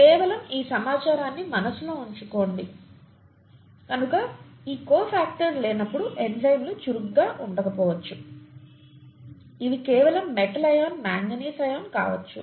కేవలం ఈ సమాచారాన్ని మనస్సులో ఉంచుకోండి కనుక ఈ కో ఫాక్టర్స్ లేనప్పుడు ఎంజైమ్లు చురుకుగా ఉండకపోవచ్చు ఇవి కేవలం మెటల్ అయాన్ మాంగనీస్ అయాన్ కావచ్చు